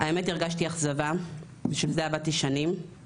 האמת הרגשתי אכזבה, בשביל זה עבדתי שנים.